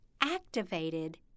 activated